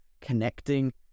connecting